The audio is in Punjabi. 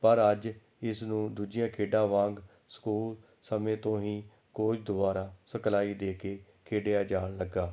ਪਰ ਅੱਜ ਇਸ ਨੂੰ ਦੂਜੀਆਂ ਖੇਡਾਂ ਵਾਂਗ ਸਕੂਲ ਸਮੇਂ ਤੋਂ ਹੀ ਕੋਚ ਦੁਆਰਾ ਸਿਖਲਾਈ ਦੇ ਕੇ ਖੇਡਿਆ ਜਾਣ ਲੱਗਾ